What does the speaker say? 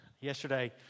yesterday